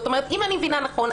אם אני מבינה נכון,